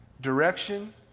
direction